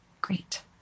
Great